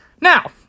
Now